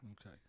Okay